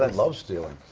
and love stealing.